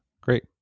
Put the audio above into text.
Great